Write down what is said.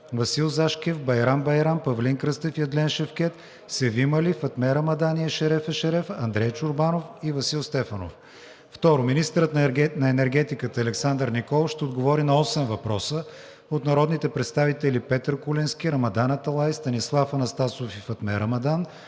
Васил Зашкев; Байрам Байрам, Павлин Кръстев и Адлен Шевкед; Севим Али, Фатме Рамадан и Ешереф Ешереф; Андрей Чорбанов; и Васил Стефанов. 2. Министърът на енергетиката Александър Николов ще отговори на осем въпроса от народните представители Петър Куленски; Рамадан Аталай, Станислав Анастасов и Фатме Рамадан;